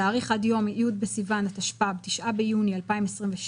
"להאריך עד יום י' בסיוון התשפ"ב, 9 ביוני 2022,